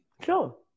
sure